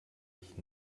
ich